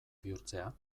bihurtzea